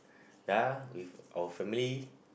ya with our family